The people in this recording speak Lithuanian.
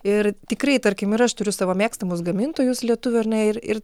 ir tikrai tarkim ir aš turiu savo mėgstamus gamintojus lietuvių ar ne ir ir